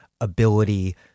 ability